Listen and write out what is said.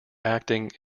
acting